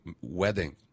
wedding